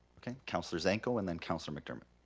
okay, councilor zanko and then councilor mcdermott.